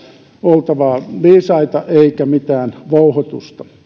oltava viisaita eikä mitään vouhotusta